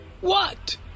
What